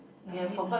no need lah